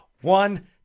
One